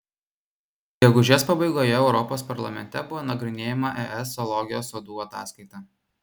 gegužės pabaigoje europos parlamente buvo nagrinėjama es zoologijos sodų ataskaita